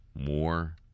more